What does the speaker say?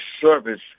Service